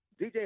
DJ